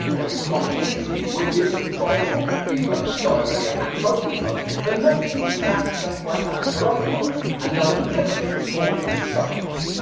their wisconsin six cheese will give you a dry cough, fever, diarrhea, and covid toe, but not in the exact same way as the coronavirus. and knowing the difference is called science.